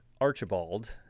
Archibald